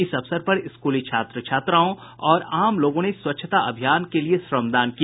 इस अवसर पर स्कूली छात्र छात्राओं और आम लोगों ने स्वच्छता अभियान के लिये श्रमदान किया